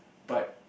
but